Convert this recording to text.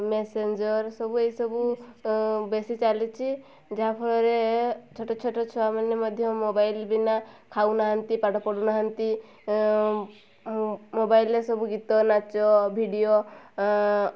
messenger ସବୁ ଏହିସବୁ ବେଶି ଚାଲିଛି ଯାହାଫଳରେ ଛୋଟଛୋଟ ଛୁଆମାନେ ମଧ୍ୟ ମୋବାଇଲ୍ ବିନା ଖାଉନାହାନ୍ତି ପାଠ ପଢ଼ୁନାହାନ୍ତି ମୋବାଇଲ୍ରେ ସବୁ ଗୀତ ନାଚ ଭିଡ଼ିଓ